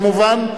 כמובן.